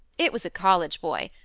it was a college boy.